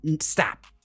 Stop